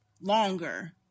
longer